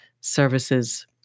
services